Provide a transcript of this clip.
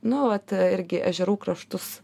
nu vat irgi ežerų kraštus